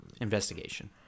Investigation